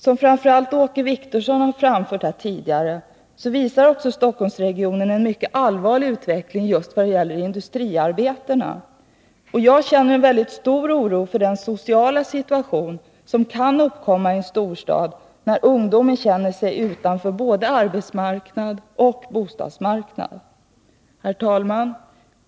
Som framför allt Åke Wictorsson tidigare framhållit uppvisar också Stockholmsregionen en mycket allvarlig utveckling när det gäller industriarbetena. Jag ser med stor oro på den sociala situation som kan uppkomma i en storstad när ungdomen känner sig utanför både arbetsmarknad och bostadsmarknad. Herr talman!